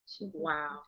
wow